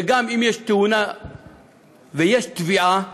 שגם אם יש תאונה ויש תביעה,